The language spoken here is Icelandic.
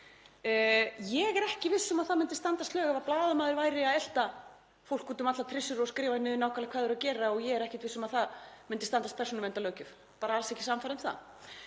Ég er ekki viss um að það myndi standast lög ef blaðamaður væri að elta fólk út um allar trissur og skrifa niður nákvæmlega hvað væri verið að gera. Ég er ekkert viss um að það myndi standast persónuverndarlöggjöf, ég er bara alls ekki sannfærð um það.